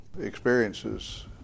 experiences